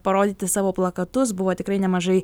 parodyti savo plakatus buvo tikrai nemažai